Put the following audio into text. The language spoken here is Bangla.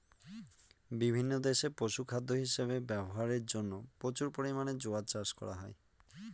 বিভিন্ন দেশে পশুখাদ্য হিসাবে ব্যবহারের জন্য প্রচুর পরিমাণে জোয়ার চাষ করা হয়